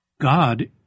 God